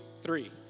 three